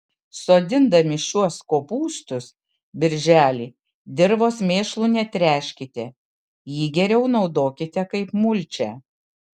sodindami šiuos kopūstus birželį dirvos mėšlu netręškite jį geriau naudokite kaip mulčią